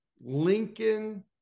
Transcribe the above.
lincoln